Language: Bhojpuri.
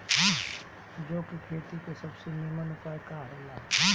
जौ के खेती के सबसे नीमन उपाय का हो ला?